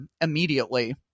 immediately